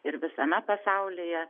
ir visame pasaulyje